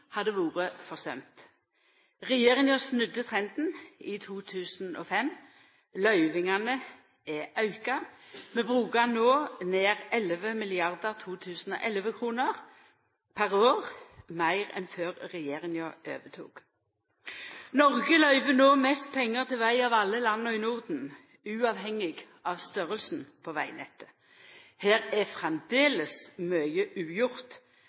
hadde vore forsømt. Regjeringa snudde trenden i 2005. Løyvingane er auka. Vi brukar no nær 11 mrd. 2011-kroner per år meir enn før regjeringa overtok. Noreg løyver no mest pengar til veg av alle landa i Norden, uavhengig av storleiken på vegnettet. Her er framleis mykje ugjort.